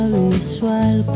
visual